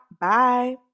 Bye